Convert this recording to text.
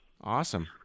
Awesome